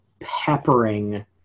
peppering